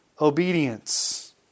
obedience